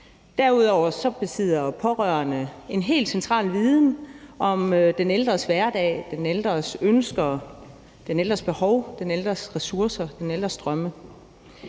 Derudover besidder pårørende en helt central viden om den ældres hverdag, den ældres ønsker, den